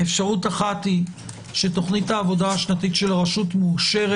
אחת היא שתוכנית העבודה השנתית של הרשות מאושרת